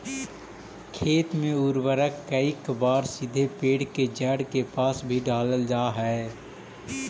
खेत में उर्वरक कईक बार सीधे पेड़ के जड़ के पास भी डालल जा हइ